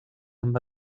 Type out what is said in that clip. amb